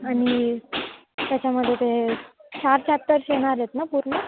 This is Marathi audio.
आणि त्याच्यामध्ये ते चार चॅप्टर्स येणार आहेत ना पूर्ण